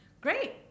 great